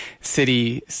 city